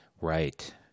Right